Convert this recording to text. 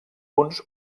punts